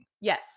Yes